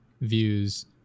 views